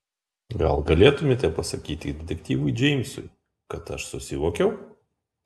gal galėtumėte pasakyti detektyvui džeimsui kad aš susivokiau